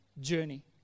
journey